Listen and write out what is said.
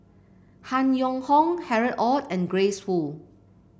Han Yong Hong Harry Ord and Grace Fu